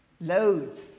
Loads